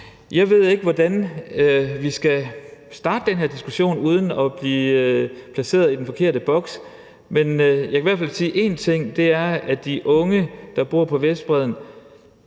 Jeg ved ikke, hvordan vi skal starte den her diskussion uden at blive placeret i den forkerte bås, men jeg kan i hvert fald sige én ting, og det er, at de unge, der bor på Vestbredden,